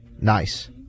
Nice